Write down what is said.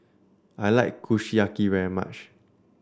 I like Kushiyaki very much